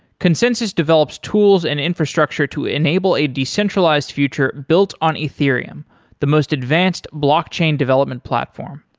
consensys develops tools and infrastructure to enable a decentralized future built on ethereum the most advanced blockchain development platform.